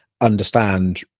understand